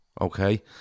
Okay